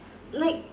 like